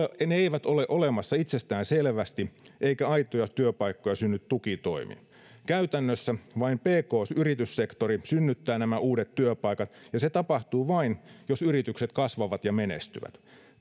eivät ole olemassa itsestään selvästi eikä aitoja työpaikkoja synny tukitoimin käytännössä vain pk yrityssektori synnyttää nämä uudet työpaikat ja se tapahtuu vain jos yritykset kasvavat ja menestyvät